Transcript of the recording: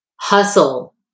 hustle